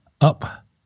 up